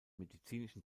medizinischen